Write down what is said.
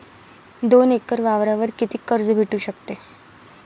दोन एकर वावरावर कितीक कर्ज भेटू शकते?